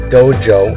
Dojo